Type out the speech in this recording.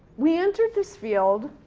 we entered this field,